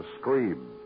scream